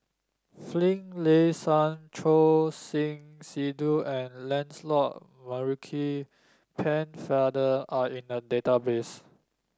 Finlayson Choor Singh Sidhu and Lancelot Maurice Pennefather are in the database